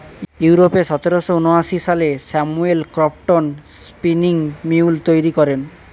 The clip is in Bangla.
ইউরোপে সতেরোশো ঊনআশি সালে স্যামুয়েল ক্রম্পটন স্পিনিং মিউল তৈরি করেন